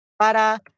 Para